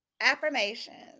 affirmations